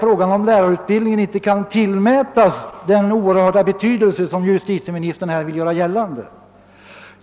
Frågan om lärarna kan därför inte tillmätas den oerhört stora betydelse som justitieministern vill göra gällande.